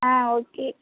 ஆ okay